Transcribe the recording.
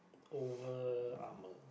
over armour